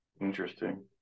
Interesting